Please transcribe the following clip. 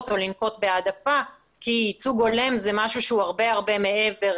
או לנקוט בהעדפה כי ייצוג הולם זה משהו שהוא הרבה הרבה מעבר